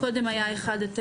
קודם היה אחד-תשע,